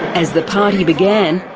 as the party began,